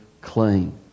clean